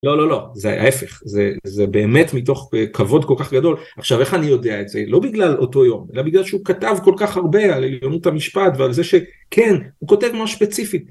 לא, לא, לא. זה ההפך. זה.. זה באמת מתוך כבוד כל כך גדול. עכשיו, איך אני יודע את זה? לא בגלל אותו יום, אלא בגלל שהוא כתב כל כך הרבה על עליונות המשפט ועל זה שכן, הוא כותב ממש ספציפית.